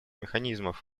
механизмов